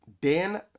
Dan